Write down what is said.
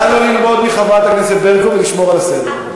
נא לא ללמוד מחברת הכנסת ברקו ולשמור על הסדר.